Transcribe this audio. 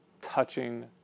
touching